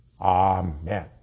Amen